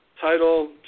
Title